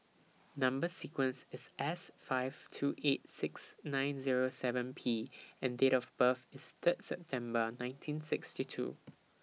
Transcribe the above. Number sequence IS S five two eight six nine Zero seven P and Date of birth IS Third September nineteen sixty two